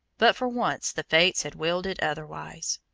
but for once the fates had willed it otherwise.